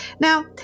Now